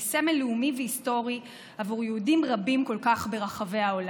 היא סמל לאומי והיסטורי עבור יהודים רבים כל כך ברחבי העולם,